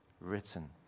written